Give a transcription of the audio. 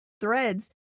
threads